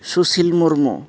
Sushil Murmu